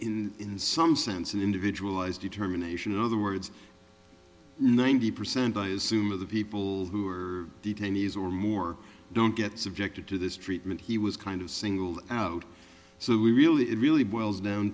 had in some sense an individual as determination in other words ninety percent i assume of the people who are detainees or more don't get subjected to this treatment he was kind of singled out so we really it really boils down